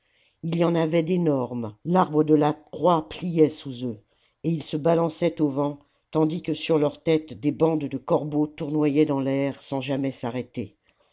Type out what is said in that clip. il y en avait d'énormes l'arbre de la croix pliait sous eux et ils se balançaient au vent tandis que sur leur tête des bandes de corbeaux tournoyaient dans l'air sans jamais s'arrêter